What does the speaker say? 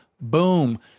Boom